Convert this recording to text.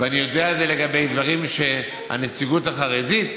ואני יודע את זה לגבי דברים שהנציגות החרדית,